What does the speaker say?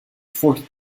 fourth